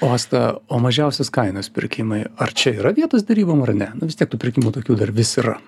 asta o mažiausios kainos pirkimai ar čia yra vietos derybom ar ne nu vis tiek tų pirkimų tokių dar vis yra